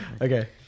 Okay